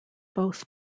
both